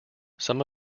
some